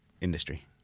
industry